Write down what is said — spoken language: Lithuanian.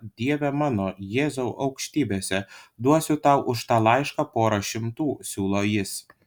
dieve mano jėzau aukštybėse duosiu tau už tą laišką porą šimtų siūlo jis